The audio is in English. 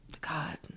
God